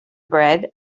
bread